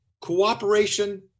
cooperation